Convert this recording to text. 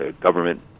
government